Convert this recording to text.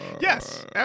Yes